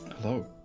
Hello